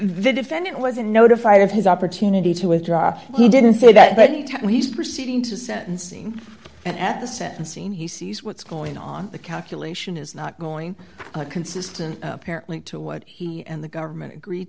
they defended it wasn't notified of his opportunity to withdraw he didn't say that but any time he's proceeding to sentencing and at the sentencing he sees what's going on the calculation is not going consistent apparently to what he and the government agree